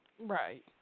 Right